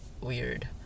weird